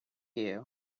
you